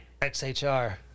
XHR